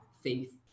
faith